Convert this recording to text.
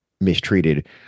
mistreated